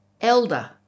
elder